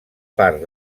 part